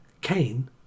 Cain